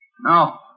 No